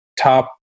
top